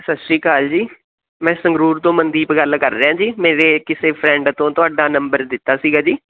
ਸਤਿ ਸ਼੍ਰੀ ਅਕਾਲ ਜੀ ਮੈਂ ਸੰਗਰੂਰ ਤੋਂ ਮਨਦੀਪ ਗੱਲ ਕਰ ਰਿਹਾ ਜੀ ਮੇਰੇ ਕਿਸੇ ਫਰੈਂਡ ਤੋਂ ਤੁਹਾਡਾ ਨੰਬਰ ਦਿੱਤਾ ਸੀਗਾ ਜੀ